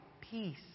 peace